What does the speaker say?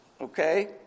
okay